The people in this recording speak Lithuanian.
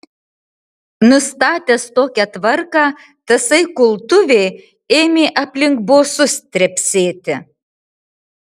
nustatęs tokią tvarką tasai kultuvė ėmė aplink bosus trepsėti